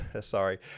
sorry